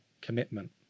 commitment